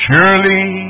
Surely